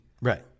Right